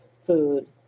food